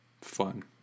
fun